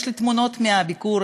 יש לי תמונות מהביקור,